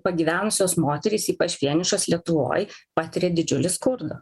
pagyvenusios moterys ypač vienišos lietuvoj patiria didžiulį skurdą